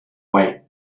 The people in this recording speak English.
wait